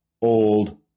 old